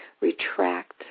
retract